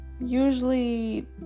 usually